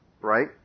Right